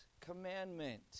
commandment